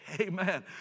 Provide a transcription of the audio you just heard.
Amen